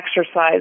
exercise